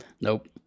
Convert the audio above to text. Nope